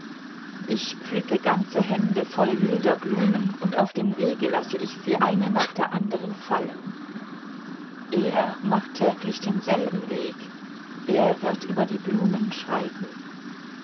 ich pflücke ganze hände voll wilder blumen und auf dem wege lasse ich sie eine nach der anderen fallen er macht täglich denselben weg er wird über die blumen schreiten